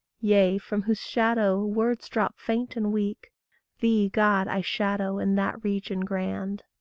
yea, from whose shadow words drop faint and weak thee, god, i shadow in that region grand.